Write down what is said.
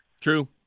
True